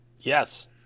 Yes